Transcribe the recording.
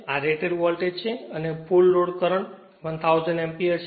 આ rated voltage છે અને ફુલ લોડ કરંટ 1000 એમ્પીયર છે